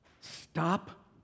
Stop